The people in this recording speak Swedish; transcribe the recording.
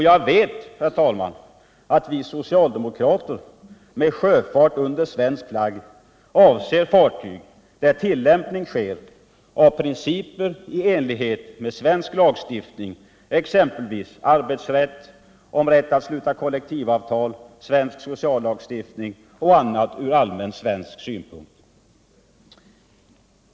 Jag vet, herr talman, att vi socialdemokrater med ”sjöfart under svensk flagg” avser fartyg där man tillämpar principer i enlighet med svensk lagstiftning, exempelvis arbetsrätt, rätt att sluta kollektivavtal, svensk sociallagstiftning och andra ur svensk synpunkt viktiga principer.